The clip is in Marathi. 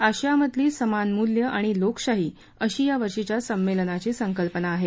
आशियामधली समान मूल्यं आणि लोकशाही अशी या वर्षीच्या संमेलनाची संकल्पना आहे